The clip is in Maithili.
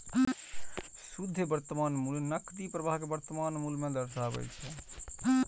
शुद्ध वर्तमान मूल्य नकदी प्रवाहक वर्तमान मूल्य कें दर्शाबै छै